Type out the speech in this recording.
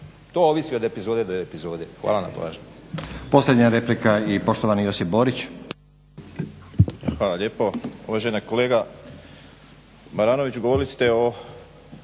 to ovisi od epizode do epizode. Hvala na pažnji.